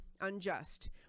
unjust